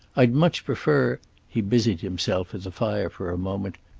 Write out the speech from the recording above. i'd much prefer he busied himself at the fire for a moment.